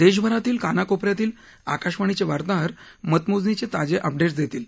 देशभरातील कानाकोप यातील आकाशवाणीचे वार्ताहर मतमोजणी ताजे अपडेट्स देतील